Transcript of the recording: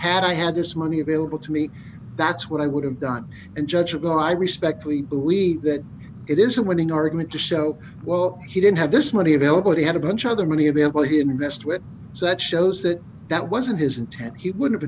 had i had this money available to me that's what i would have done and judge ago i respect we believe that it is a winning argument to show well he didn't have this money available he had a bunch of other money available he invest with that shows that that wasn't his intent he would have